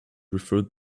referred